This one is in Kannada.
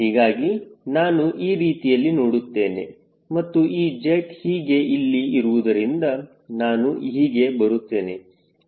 ಹೀಗಾಗಿ ನಾನು ಈ ರೀತಿಯಲ್ಲಿ ನೋಡುತ್ತೇನೆ ಮತ್ತು ಈ ಜೆಟ್ ಹೀಗೆ ಇಲ್ಲಿ ಇರುವುದರಿಂದ ನಾನು ಹೀಗೆ ಬರುತ್ತೇನೆ